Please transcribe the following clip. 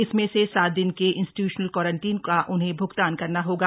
इसमें से सात दिन के इंस्टीट्यूशनल क्वारंटीन का उन्हें भ्गतान करना होगा